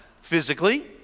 physically